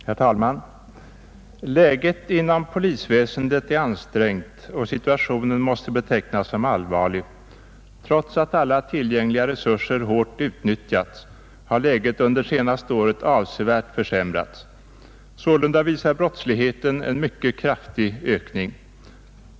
Herr talman! ”Läget inom polisväsendet är ansträngt och situationen måste betecknas som allvarlig. Trots att alla tillgängliga resurser hårt utnyttjats har läget under senaste året avsevärt försämrats. Sålunda visar brottsligheten en mycket kraftig ökning.